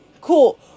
cool